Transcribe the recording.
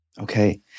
Okay